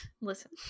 listen